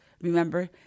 Remember